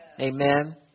Amen